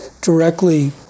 directly